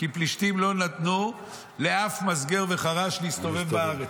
כי פלישתים לא נתנו לאף מסגר וחרש להסתובב בארץ.